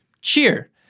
cheer